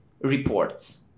reports